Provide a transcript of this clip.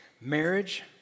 Marriage